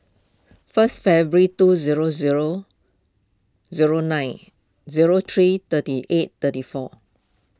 first February two zero zero zero nine zero three thirty eight thirty four